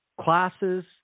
classes